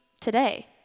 today